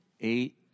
eight